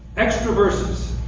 extra verses.